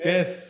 Yes